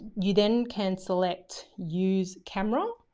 you then can select use camera